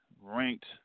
ranked